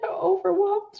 overwhelmed